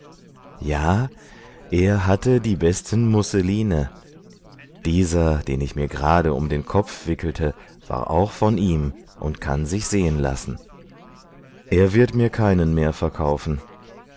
ja er hatte die besten musseline dieser den ich mir gerade um den kopf wickelte war auch von ihm und kann sich sehen lassen er wird mir keinen mehr verkaufen